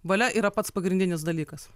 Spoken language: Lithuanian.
valia yra pats pagrindinis dalykas